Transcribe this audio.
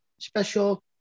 special